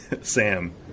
Sam